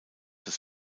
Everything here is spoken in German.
das